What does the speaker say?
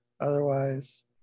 otherwise